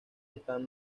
están